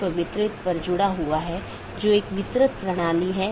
इसलिए समय समय पर जीवित संदेश भेजे जाते हैं ताकि अन्य सत्रों की स्थिति की निगरानी कर सके